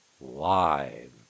live